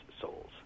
souls